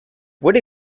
what